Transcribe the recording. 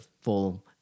full